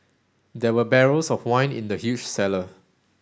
there were barrels of wine in the huge cellar